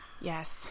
Yes